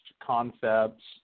concepts